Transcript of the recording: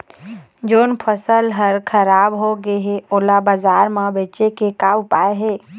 जोन फसल हर खराब हो गे हे, ओला बाजार म बेचे के का ऊपाय हे?